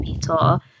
tour